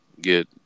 get